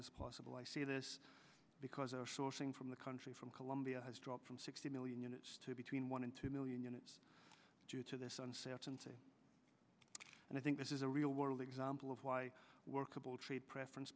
as possible i say this because our sourcing from the country from colombia has dropped from sixty million units to between one and two million units due to this uncertainty and i think this is a real world example of why workable trade preference